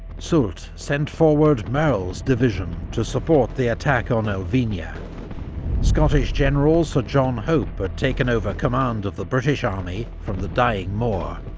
soult sent forward merle's division to support the attack on elvina scottish general sir john hope had but taken over command of the british army from the dying moore,